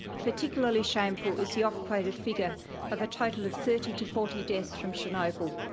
particularly shameful is the off quoted figure of a total of thirty to forty deaths from chernobyl,